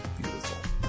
beautiful